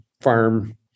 farm